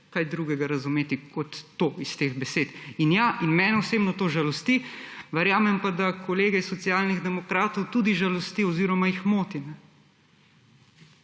kaj drugega razumeti kot to – iz teh besed. In ja, mene osebno to žalosti, verjamem pa, da kolege iz Socialnih demokratov tudi žalosti oziroma jih moti,